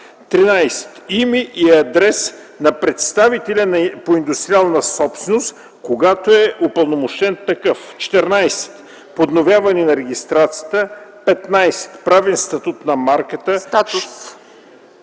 13. име и адрес на представителя по индустриална собственост, когато е упълномощен такъв; 14. подновяване на регистрацията; 15. правен статус на марката; 16.